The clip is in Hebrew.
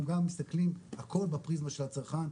אנחנו גם מסתכלים על הכל בפריזמה של הצרכן,